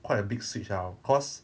quite a big switch ah cause